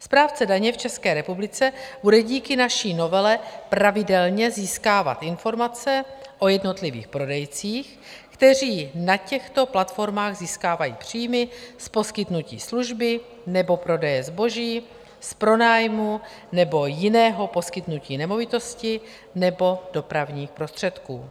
Správce daně v České republice bude díky naší novele pravidelně získávat informace o jednotlivých prodejcích, kteří na těchto platformách získávají příjmy z poskytnutí služby nebo prodeje zboží, z pronájmu nebo jiného poskytnutí nemovitosti nebo dopravních prostředků.